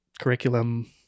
curriculum